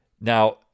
Now